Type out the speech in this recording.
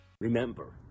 Remember